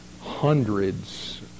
hundreds